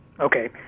Okay